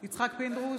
יצחק פינדרוס,